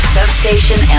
Substation